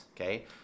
okay